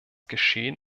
geschehen